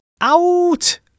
out